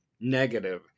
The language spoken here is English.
negative